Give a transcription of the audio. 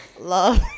love